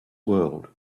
world